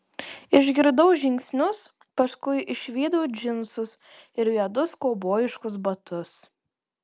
išgirdau žingsnius paskui išvydau džinsus ir juodus kaubojiškus batus